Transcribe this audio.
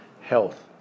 health